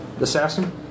assassin